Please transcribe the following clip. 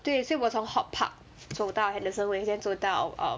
对所以我从 hortpark 走到 henderson waves then 走到 err